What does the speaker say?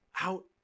out